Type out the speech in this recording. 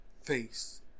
Face